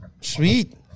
Sweet